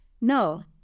No